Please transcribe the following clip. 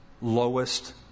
lowest